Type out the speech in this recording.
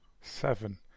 Seven